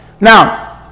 Now